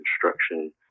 construction